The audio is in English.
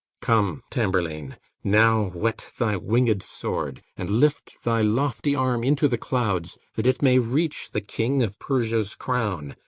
come, tamburlaine now whet thy winged sword, and lift thy lofty arm into the clouds, that it may reach the king of persia's crown,